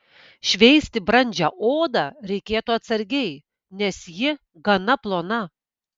šveisti brandžią odą reikėtų atsargiai nes ji gana plona